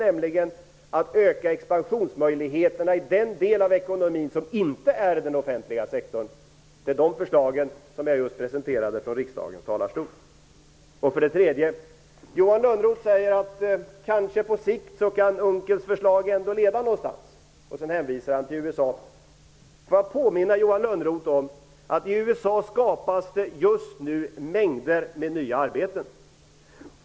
Vi måste öka expansionsmöjligheterna i den del av ekonomin som inte finns i den offentliga sektorn. Det är de förslagen som jag just presenterade från riksdagens talarstol. För det tredje säger Johan Lönnroth att på sikt kan kanske Unckels förslag ändå leda någonstans. Sedan hänvisar han till USA. Låt mig påminna Johan Lönnroth om att i USA skapas det just nu mängder med nya arbeten.